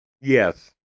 Yes